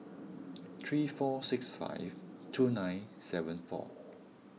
three four six five two nine seven four